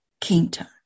Kingdom